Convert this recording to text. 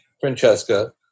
Francesca